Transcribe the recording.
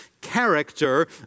character